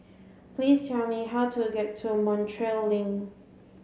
please tell me how to get to Montreal Link